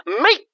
mate